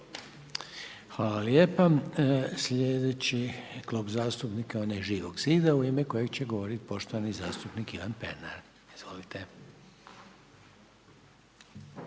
Hvala lijepa. Sljedeći Klub zastupnika onaj SDSS-a u ime kojeg će govoriti poštovani zastupnik Milorad Pupovac. Izvolite.